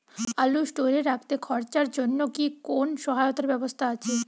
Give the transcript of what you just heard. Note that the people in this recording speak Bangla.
আলু স্টোরে রাখতে খরচার জন্যকি কোন সহায়তার ব্যবস্থা আছে?